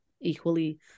equally